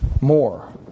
more